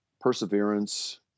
perseverance